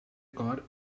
cor